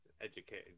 educated